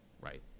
right